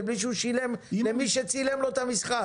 בלי שהוא שילם למי שצילם לו את המשחק?